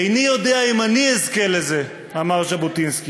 איני יודע אם אני אזכה לזה" אמר ז'בוטינסקי,